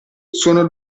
sono